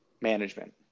management